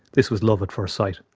this was love at first sight.